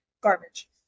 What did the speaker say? Garbage